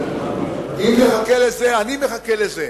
אני מחכה, אם נחכה לזה, אני מחכה לזה.